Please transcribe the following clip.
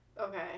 Okay